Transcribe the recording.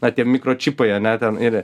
na tie mikro čipai ane ten ir